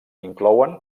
inclouen